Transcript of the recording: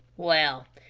well,